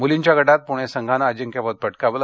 मूलींच्या गटात पूणे संघानं अजिंक्यपद पटकावलं